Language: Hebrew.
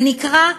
זה נקרא: